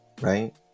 Right